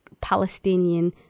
Palestinian